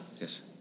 Yes